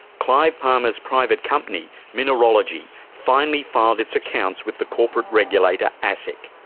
clive palmer's private company, mineralogy, finally filed its accounts with the corporate regulator, asic.